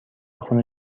خون